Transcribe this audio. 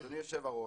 אדוני היושב ראש,